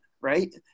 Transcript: right